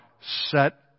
set